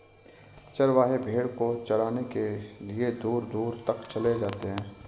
चरवाहे भेड़ को चराने के लिए दूर दूर तक चले जाते हैं